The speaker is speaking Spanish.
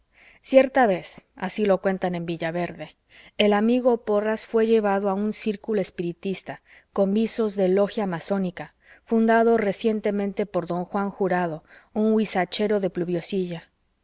cierta vez así lo cuentan en villaverde el amigo porras fué llevado a un círculo espiritista con visos de lógia masónica fundado recientemente por don juan jurado un huizachero de pluviosilla